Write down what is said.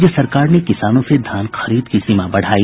राज्य सरकार ने किसानों से धान खरीद की सीमा बढ़ाई